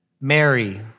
Mary